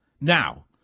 Now